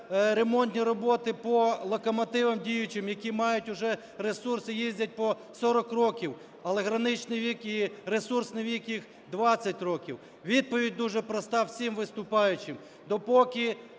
ремонтні роботи по локомотивам діючим, які мають уже ресурс і їздять по 40 років, але граничний вік їх, ресурсний вік їх 20 років. Відповідь дуже проста всім виступаючим – допоки